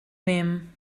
nehmen